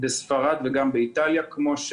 בספרד וגם באיטליה,